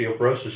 osteoporosis